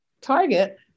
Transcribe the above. target